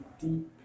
deep